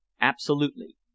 Absolutely